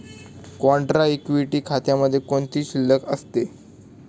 Contra equity खात्यामध्ये कोणती शिल्लक असते?